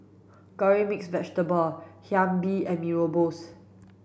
curry mixed vegetable Hae Mee and Mee Rebus